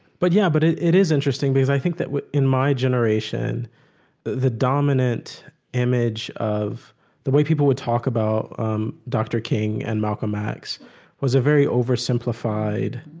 but yeah, but it it is interesting because i think that in my generation the dominant image of the way people would talk about um dr. king and malcolm x was a very oversimplified